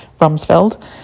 Rumsfeld